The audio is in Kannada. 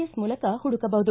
ವಿಸ್ ಮೂಲಕ ಹುಡುಕಬಹುದು